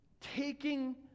taking